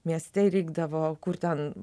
mieste ir reikdavo kur ten